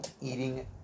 eating